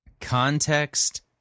Context